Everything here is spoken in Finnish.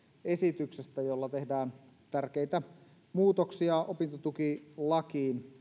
esityksestä jolla tehdään tärkeitä muutoksia opintotukilakiin